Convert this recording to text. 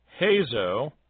Hazo